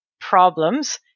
problems